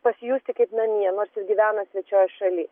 pasijusti kaip namie nors ir gyvena svečioje šaly